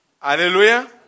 Hallelujah